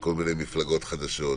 כל מיני מפלגות חדשות,